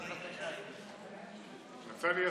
אפשרי?